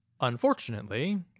Unfortunately